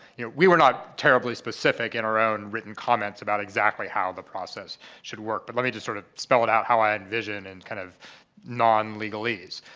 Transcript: you know, we were not terribly specific in our own written comments about exactly how the process should work. but let me just sort of spell it out how i envision in and kind of non-legalese.